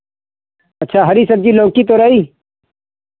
अच्छा हरी सब्ज़ी लौकी तोरई